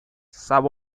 sub